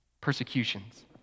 persecutions